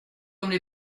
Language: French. comme